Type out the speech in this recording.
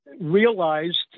realized